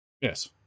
Yes